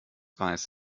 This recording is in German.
weiß